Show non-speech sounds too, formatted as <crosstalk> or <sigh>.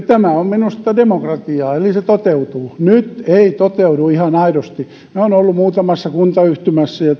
<unintelligible> tämä on minusta demokratiaa eli se toteutuu nyt se ei toteudu ihan aidosti minä olen ollut muutamassa kuntayhtymässä ja